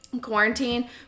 quarantine